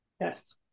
Yes